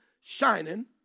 shining